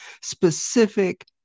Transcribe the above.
specific